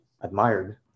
admired